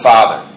Father